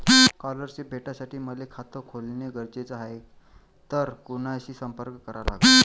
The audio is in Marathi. स्कॉलरशिप भेटासाठी मले खात खोलने गरजेचे हाय तर कुणाशी संपर्क करा लागन?